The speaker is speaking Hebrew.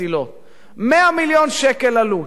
100 מיליון שקל עלות, 100 מיליון.